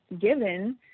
given